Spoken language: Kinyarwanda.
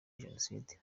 jenoside